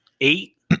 eight